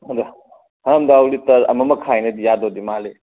ꯑꯗꯣ ꯍꯪꯒꯥꯝ ꯊꯥꯎ ꯂꯤꯇꯔ ꯑꯃ ꯃꯈꯥꯏꯅꯗꯤ ꯌꯥꯗꯧꯗꯤ ꯃꯥꯜꯂꯤ